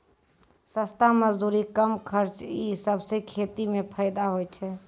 सस्ता मजदूरी, कम खर्च ई सबसें खेती म फैदा होय छै